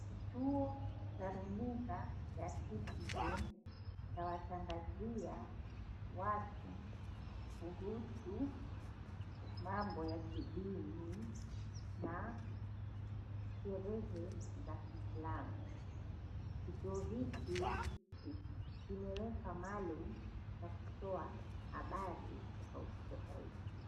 Kituo cha runinga ya Citizen chawatangazia watu kuhusu mambo ya kidini na sherehe za kislam, kituo hiki kimeekwa maalum cha kutoa habari tofauti tofauti.